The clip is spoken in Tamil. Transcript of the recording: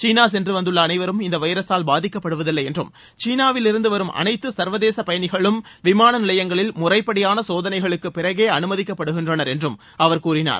சீனா சென்று வந்துள்ள அனைவரும் இந்த வைரஸால் பாதிக்கப்படுவதில்லை என்றும் சீனாவிலிருந்து வரும் அனைத்து சர்வதேச பயணிகளும் விமான நிலையங்களில் முறைப்படியான சோதனைகளுக்கு பிறகே அனுமதிக்கப்படுகின்றனர் என்றும் அவர் கூறினார்